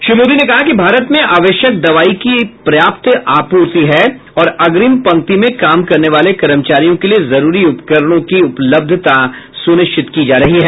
श्री मोदी ने कहा कि भारत में आवश्यक दवाई की पर्याप्त आपूर्ति है और अग्रिम पंक्ति में काम करने वाले कर्मचारियों के लिए जरूरी उपकरणों की उपलब्धता सुनिश्चित की जा रही है